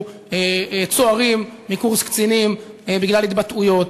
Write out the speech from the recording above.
צוערים מקורס קצינים בגלל התבטאויות,